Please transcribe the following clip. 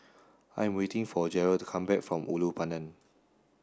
I'm waiting for Jeryl to come back from Ulu Pandan